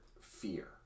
fear